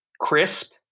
crisp